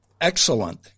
Excellent